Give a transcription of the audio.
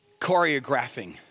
choreographing